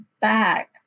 back